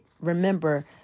remember